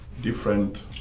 different